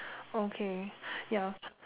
okay ya